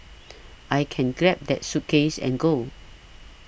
I can grab that suitcase and go